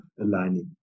aligning